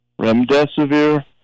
Remdesivir